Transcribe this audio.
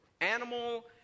animal